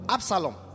Absalom